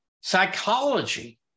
Psychology